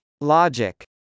Logic